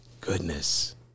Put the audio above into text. goodness